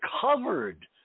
covered